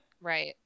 Right